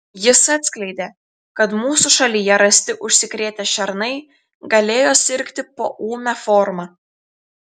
jis atskleidė kad mūsų šalyje rasti užsikrėtę šernai galėjo sirgti poūme forma